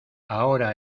ahora